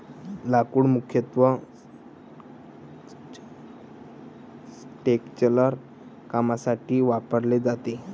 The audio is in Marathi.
लाकूड मुख्यत्वे स्ट्रक्चरल कामांसाठी वापरले जाते